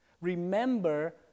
Remember